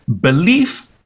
belief